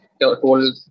told